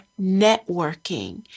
networking